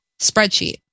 spreadsheet